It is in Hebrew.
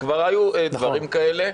כבר היו דברים כאלה.